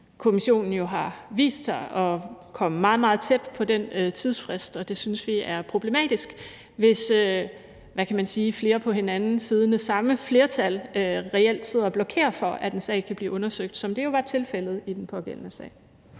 Instrukskommissionen jo viste sig at komme meget, meget tæt på den tidsfrist, og det synes vi er problematisk, altså hvis flere på hinanden siddende flertal – samme flertal – reelt sidder og blokerer for, at en sag kan blive undersøgt, som det jo var tilfældet i den pågældende sag.